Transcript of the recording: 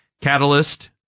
Catalyst